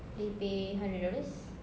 they pay hundred dollars